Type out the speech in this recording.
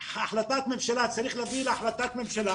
צריך להביא להחלטת ממשלה